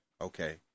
Okay